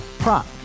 Prop